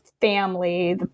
family